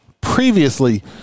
previously